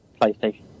PlayStation